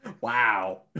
Wow